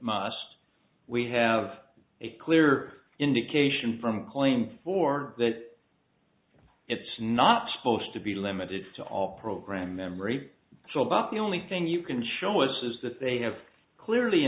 must we have a clear indication from claim for that it's not supposed to be limited to all program memory so about the only thing you can show its is that they have clearly